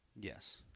Yes